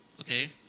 okay